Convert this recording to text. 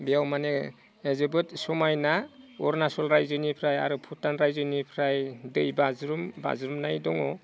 बेयाव माने जोबोद समायना अरुनाचल रायजोनिफ्राय भुटान रायजोनिफ्राय दैबाज्रुम बाज्रुमनाय दङ